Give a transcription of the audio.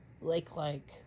lake-like